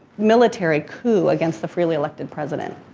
military coup against the freely elected president.